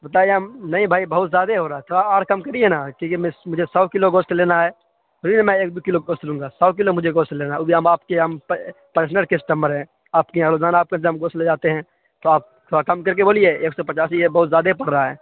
بتائیے ہم نہیں بھائی زیادے ہو رہا ہے تھوڑا اور کم کریے نا کیونکہ مجھے سو کلو گوشت لینا ہے تھوڑیے نا میں ایک دو کلو گوشت لوں گا سو کلو مجھے گوشت لینا ہے او بھی ہم آپ کے ہم پرسنل کسٹمر ہیں آپ کے یہاں روزانہ آپ کا دم گوشت لے جاتے ہیں تو آپ تھوڑا کم کرکے بولیے ایک سو پچاسی یہ بہت زیادے پر رہا ہے